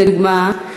לדוגמה,